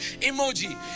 emoji